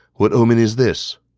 what omen is this?